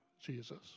Jesus